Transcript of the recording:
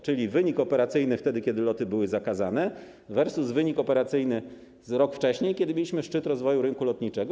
Czyli wynik operacyjny, kiedy loty były zakazane, versus wynik operacyjny za rok wcześniej, kiedy mieliśmy szczyt rozwoju rynku lotniczego.